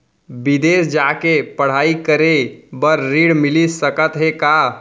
बिदेस जाके पढ़ई करे बर ऋण मिलिस सकत हे का?